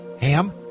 ham